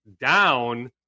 down